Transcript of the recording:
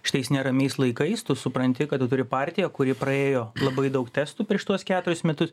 šitais neramiais laikais tu supranti kad tu turi partiją kuri praėjo labai daug testų prieš tuos keturis metus